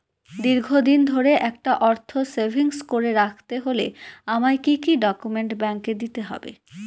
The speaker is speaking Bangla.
দীর্ঘদিন ধরে একটা অর্থ সেভিংস করে রাখতে হলে আমায় কি কি ডক্যুমেন্ট ব্যাংকে দিতে হবে?